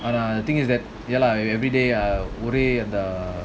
ஆனா:ana the thing is that ya lah everyday ah ஒரேஅந்த:ore andha